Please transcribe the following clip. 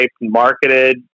marketed